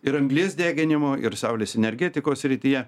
ir anglies deginimo ir saulės energetikos srityje